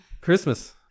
Christmas